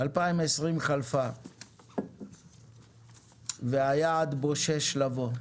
2020 חלפה והיעד בושש לבוא,